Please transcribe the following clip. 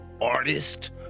artist